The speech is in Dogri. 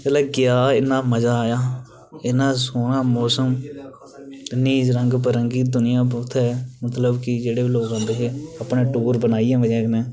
जेल्लै गेआ इन्ना मज़ा आया इन्ना सोह्ना मौसम ते इन्नी रंग बिरंगी दुनिया उत्थें मतलब कि जेह्ड़े बी लोक औंदे हे अपने टूर बनाइयै मजे कन्नै